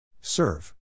serve